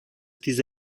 diese